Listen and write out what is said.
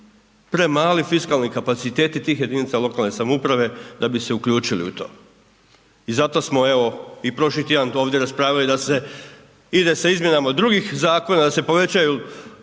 premali fiskalni kapaciteti tih jedinica lokalne samouprave da bi se uključili u to. I zato smo evo i prošli tjedan ovdje raspravljati da se ide sa izmjenama drugih zakona, da se povećaju